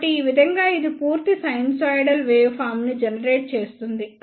కాబట్టి ఈ విధంగా ఇది పూర్తి సైనూసోయిడల్ వేవ్ ఫార్మ్ ని జెనరేట్ చేస్తుంది